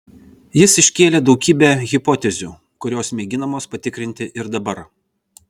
jis iškėlė daugybę hipotezių kurios mėginamos patikrinti ir dabar